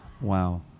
Wow